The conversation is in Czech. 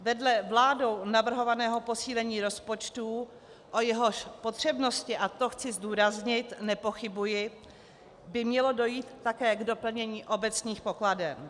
Vedle vládou navrhovaného posílení rozpočtu, o jehož potřebnosti, a to chci zdůraznit, nepochybuji, by mělo také dojít k doplnění obecních pokladen.